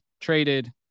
traded